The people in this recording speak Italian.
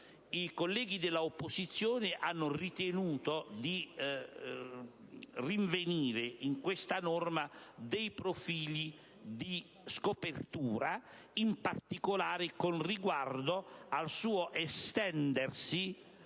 I colleghi dell'opposizione hanno ritenuto di rinvenire nella suddetta norma dei profili di scopertura, in particolare con riguardo al suo estendersi